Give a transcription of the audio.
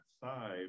side